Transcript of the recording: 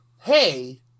hey